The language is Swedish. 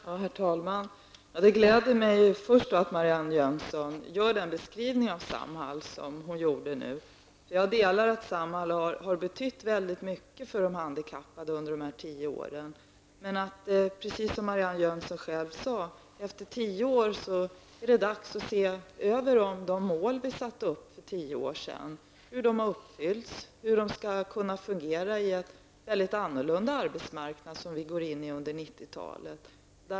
Herr talman! Det gläder mig att Marianne Jönsson gör denna beskrivning. Jag delar uppfattningen att Samhall har betytt väldigt mycket för de handikappade under dessa tio år. Men efter tio år är det, precis som Marianne Jönsson sade, dags att se över hur de mål vi satte upp för tio år sedan har uppfyllts och hur Samhall skall kunna fungera i den annorlunda arbetsmarknad som vi går in i under 90 talet.